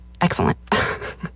excellent